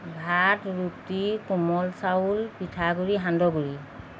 ভাত ৰুটি কোমল চাউল পিঠা গুড়ি সান্দহ গুড়ি